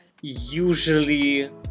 usually